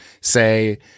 say